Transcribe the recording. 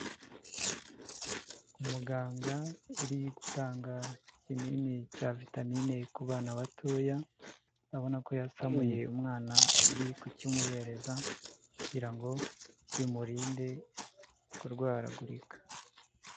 Umuganga uri gutanga ikinini cya vitamine ku bana batoya abona ko yasamuye umwana ari kukimuhereza kugira ngo bimurinde kurwaragurika.